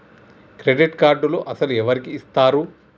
Credit కార్డులు అసలు ఎవరికి ఇస్తారు?